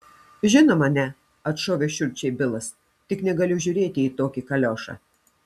žinoma ne atšovė šiurkščiai bilas tik negaliu žiūrėti į tokį kaliošą